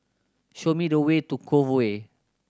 show me the way to Cove Way